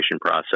process